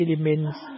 elements